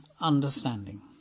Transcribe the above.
understanding